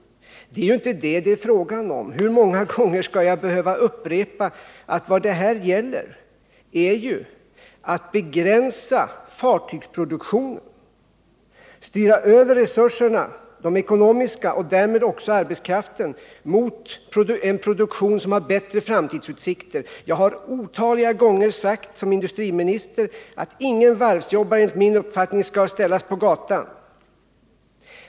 Det är ju inte fråga om det! Hur många gånger skall jag behöva upprepa att vad det här gäller är att begränsa fartygsproduktionen och styra de ekonomiska resurserna, och därmed också arbetskraften, mot en produktion som har bättre framtidsutsikter. Jag har som industriminister otaliga gånger sagt att inga varvsjobbare enligt min uppfattning skall ställas på gatan.